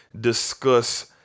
discuss